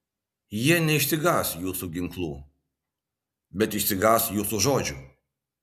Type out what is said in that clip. jie neišsigąs jūsų ginklų bet išsigąs jūsų žodžių